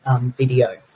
video